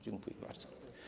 Dziękuję bardzo.